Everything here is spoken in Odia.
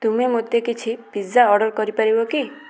ତୁମେ ମୋତେ କିଛି ପିଜା ଅଡ଼ର୍ର କରିପାରିବ କି